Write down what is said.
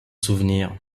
souvenir